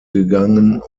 gegangen